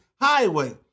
Highway